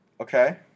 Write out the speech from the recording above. Okay